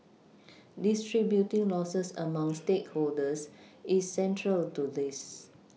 distributing Losses among stakeholders is central to this